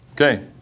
Okay